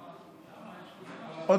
למה?